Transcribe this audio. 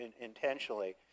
intentionally